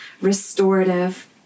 restorative